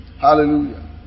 Hallelujah